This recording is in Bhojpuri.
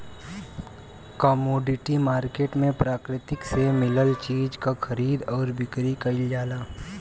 कमोडिटी मार्केट में प्रकृति से मिलल चीज क खरीद आउर बिक्री कइल जाला